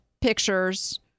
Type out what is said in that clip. pictures